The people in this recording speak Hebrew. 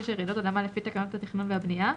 של רעידות אדמה לפי תקנות התכנון והבניה,